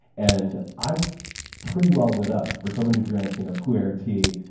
and i'm pretty well lit up, for someone who drinks you know pure tea,